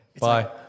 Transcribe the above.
Bye